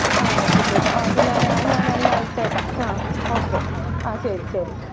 ആ എത്തിച്ചേക്കാം ആ ഓക്കെ ഞാൻ ഞാനെല്ലാം ഇട്ടേക്കാം ആ ഓക്കെ ആ ശരി ശരി ശരി